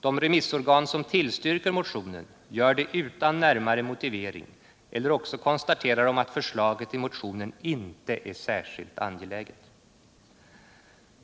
De remissorgan som tillstyrker motionen gör det utan närmare motivering eller också konstaterar de att förslaget i motionen inte är särskilt angeläget.